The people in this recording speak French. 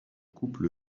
couple